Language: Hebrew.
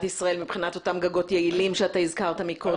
ישראל מבחינת אותם גגות יעילים שהזכרת קודם?